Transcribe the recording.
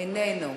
איננו,